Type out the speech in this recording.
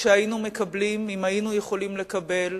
שהיינו מקבלים אם היינו יכולים לקבל,